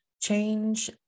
change